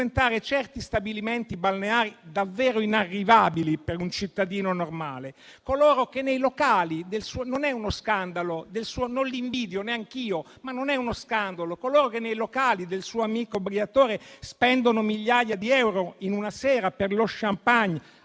certi stabilimenti balneari davvero inarrivabili per un cittadino normale; che nei locali del suo amico Briatore spendono migliaia di euro in una sera per lo *champagne*